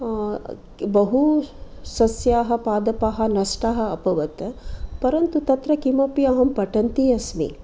बहु सस्याः पादपाः नष्टाः अभवत् परन्तु तत्र किमपि अहं पठन्ती अस्मि